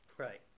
Right